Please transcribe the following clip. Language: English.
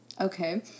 Okay